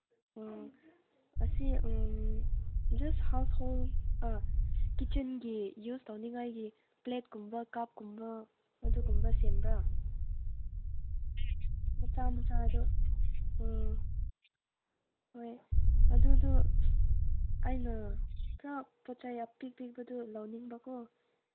ꯑꯥ ꯑꯁꯤ ꯖꯁ ꯍꯥꯎꯁꯍꯣꯜ ꯑꯥ ꯀꯤꯠꯆꯟꯒꯤ ꯌꯨꯁ ꯇꯧꯅꯤꯉꯥꯏꯒꯤ ꯄ꯭ꯂꯦꯠꯀꯨꯝꯕ ꯀꯞꯀꯨꯝꯕ ꯑꯗꯨꯒꯨꯝꯕ ꯁꯦꯝꯕ꯭ꯔꯥ ꯃꯆꯥ ꯃꯆꯥꯗꯣ ꯑꯥ ꯍꯣꯏ ꯑꯗꯨꯗꯨ ꯑꯩꯅ ꯈꯔ ꯄꯣꯠ ꯆꯩ ꯑꯄꯤꯛ ꯑꯄꯤꯛꯄꯗꯨ ꯂꯧꯅꯤꯡꯕꯀꯣ